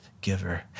giver